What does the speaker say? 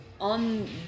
on